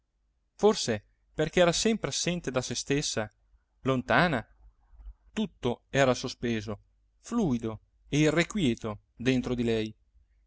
forse perché era sempre assente da se stessa lontana tutto era sospeso fluido e irrequieto dentro di lei